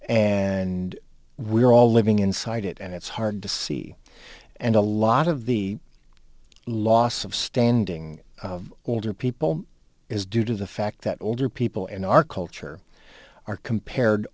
and we're all living inside it and it's hard to see and a lot of the loss of standing older people is due to the fact that older people in our culture are compared